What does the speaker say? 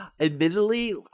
admittedly